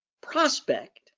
prospect